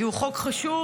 כי הוא חוק חשוב,